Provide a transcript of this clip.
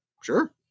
Sure